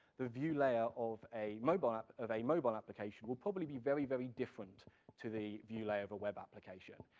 the view layer of a mobile app, of a mobile application, will probably be very very different to the view layer of a web application.